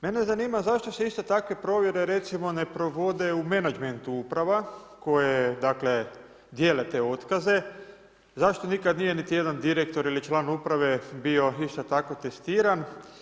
Mene zanima zašto se isto takve provjere recimo ne provode u menadžmentu uprava koje, dakle, dijele te otkaze, zašto nikad nije niti jedan direktor ili član uprave bio isto tako testiran.